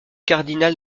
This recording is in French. cardinal